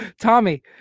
Tommy